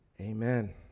amen